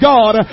God